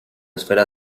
esfera